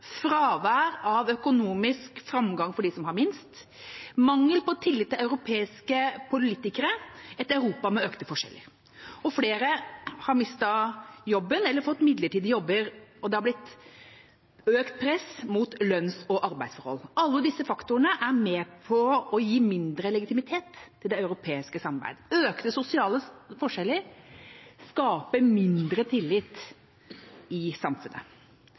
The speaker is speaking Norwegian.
fravær av økonomisk framgang for dem som har minst, og mangel på tillit til europeiske politikere – et Europa med økte forskjeller. Flere har mistet jobben eller fått midlertidige jobber, og det har blitt økt press mot lønns- og arbeidsforhold. Alle disse faktorene er med på å gi mindre legitimitet til det europeiske samarbeidet. Økte sosiale forskjeller skaper mindre tillit i samfunnet.